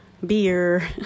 beer